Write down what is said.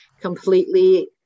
completely